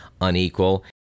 unequal